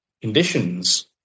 conditions